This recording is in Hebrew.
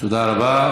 תודה רבה.